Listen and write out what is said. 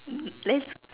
let's